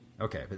Okay